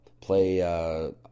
play